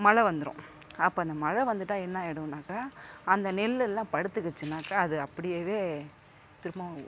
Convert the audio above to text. மழை வந்துடும் அப்போ அந்த மழை வந்துவிட்டா என்ன ஆயிடுனாக்க அந்த நெல் எல்லாம் படுத்துக்கிச்சுனாக்க அது அப்படியவே திரும்பவும்